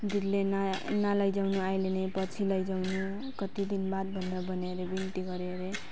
दिदीले ना नलैजाउनु अहिले नै पछि लैजाउनु कतिदिन बाद भने भनेर बिन्ती गऱ्यो अरे